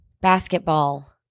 Basketball